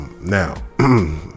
Now